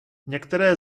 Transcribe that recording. některé